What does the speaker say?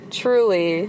truly